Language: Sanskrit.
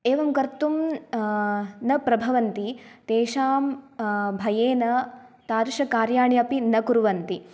एवं कर्तुं न प्रभवन्ति तेषां भयेन तादृशकार्याणि अपि न कुर्वन्ति